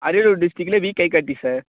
அரியலூர் டிஸ்டிக்ல V Kaikatti sir